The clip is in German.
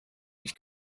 ich